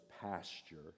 pasture